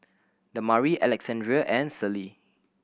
Damari Alexandria and Celie